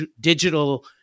digital